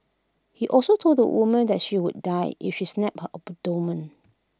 he also told the woman that she would die if he stabbed her abdomen